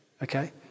Okay